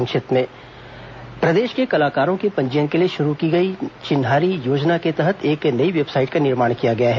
संक्षिप्त समाचार प्रदेश के कलाकारों के पंजीयन के लिए शुरू की गई चिन्हारी योजना के तहत एक नई वेबसाइट का निर्माण किया है